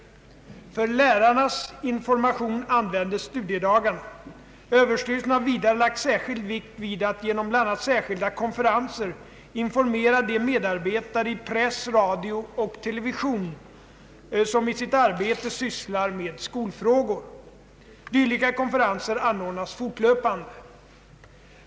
För lärarnas information används studiedagarna. Överstyrelsen har vidare lagt särskild vikt vid att genom bl.a. särskilda konferenser informera de medarbetare i press, radio och television som i sitt arbete sysslar med skolfrågor. Dylika konferenser anordnas fortlöpande.